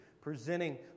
presenting